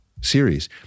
series